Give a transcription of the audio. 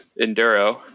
Enduro